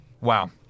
Wow